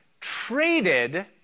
traded